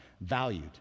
valued